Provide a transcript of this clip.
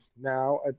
now